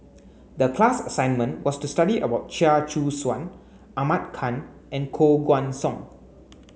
the class assignment was to study about Chia Choo Suan Ahmad Khan and Koh Guan Song